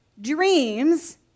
dreams